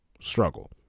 struggle